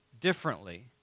differently